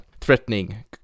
threatening